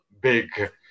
big